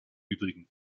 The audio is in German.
übrigen